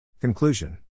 Conclusion